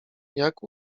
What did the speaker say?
jak